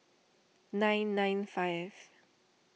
nine nine five